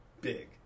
big